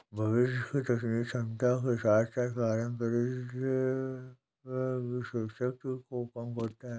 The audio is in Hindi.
भविष्य की तकनीकी क्षमता के साथ साथ परिसंपत्ति की शक्ति को कम करता है